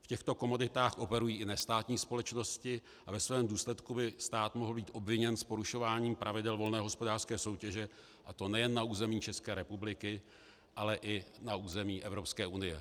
V těchto komoditách operují i nestátní společnosti a ve svém důsledku by stát mohl být obviněn z porušování pravidel volné hospodářské soutěže, a to nejen na území České republiky, ale i na území Evropské unie.